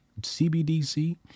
CBDC